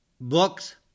books